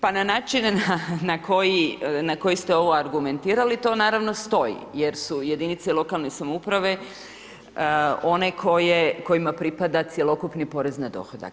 Pa na način na koji ste ovo argumentirali, to naravno stoji jer su jedinice lokalne samouprave one kojima pripada cjelokupni porez na dohodak.